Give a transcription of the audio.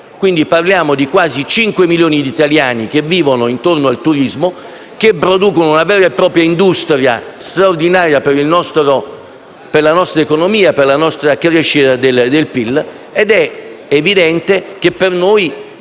quindi di quasi 5 milioni di italiani che vivono intorno al turismo, che producono una vera e propria industria straordinaria per la nostro economia e per la crescita del PIL. È evidente che per noi